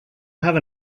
have